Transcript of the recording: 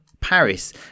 Paris